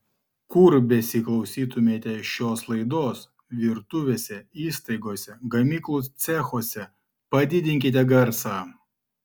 kur besiklausytumėte šios laidos virtuvėse įstaigose gamyklų cechuose padidinkite garsą